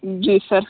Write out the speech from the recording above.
जी sir